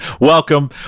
Welcome